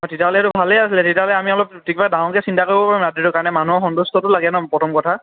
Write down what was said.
তেতিয়াহ'লে সেইটো ভালেই আছে তেতিয়াহ'লে আমি অলপ কিবা ডাঙৰকৈ চিন্তা কৰিব পাৰিম ৰাতিটো কাৰণে মানুহৰ সন্তুষ্টটো লাগে ন' প্ৰথম কথা